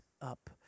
up